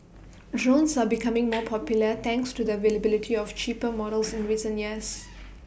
drones are becoming more popular thanks to the availability of cheaper models in recent years